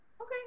okay